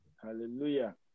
Hallelujah